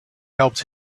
helped